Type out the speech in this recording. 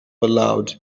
aloud